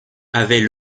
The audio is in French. avait